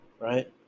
right